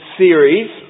series